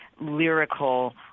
lyrical